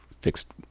Fixed